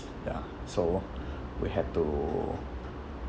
ya so we have to